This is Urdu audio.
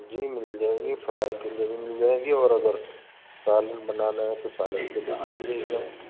جی مل جائے گی فرائی کے لیے بھی مل جائے گی اور اگر سالن بنانا ہے تو سالن کے لیے بھی مل جائے گی آپ کو